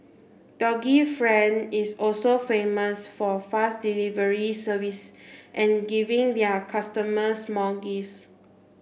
doggy friend is also famous for fast delivery service and giving their customers small gifts